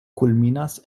kulminas